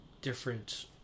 different